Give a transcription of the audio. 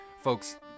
Folks